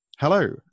Hello